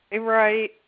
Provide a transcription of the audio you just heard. Right